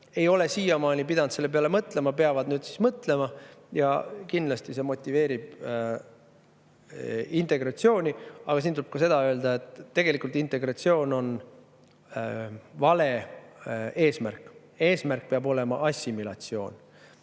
ei ole siiamaani pidanud selle peale mõtlema, peavad nüüd mõtlema. Kindlasti see motiveerib integratsiooni. Aga siin tuleb ka seda öelda, et tegelikult integratsioon on vale eesmärk, eesmärk peab olema assimilatsioon.